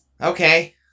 Okay